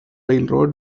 railroad